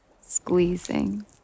squeezing